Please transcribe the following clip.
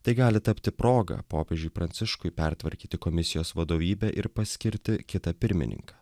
tai gali tapti proga popiežiui pranciškui pertvarkyti komisijos vadovybę ir paskirti kitą pirmininką